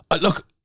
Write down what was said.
look